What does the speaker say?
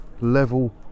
level